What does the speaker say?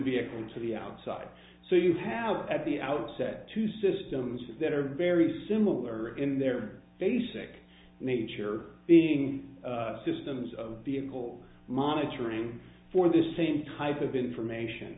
vehicle to the outside so you have at the outset two systems that are very similar in their basic nature being systems of vehicle monitoring for the same type of